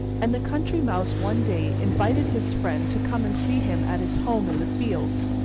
and the country mouse one day invited his friend to come and see him at his home in the fields.